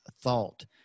thought